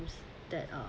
that uh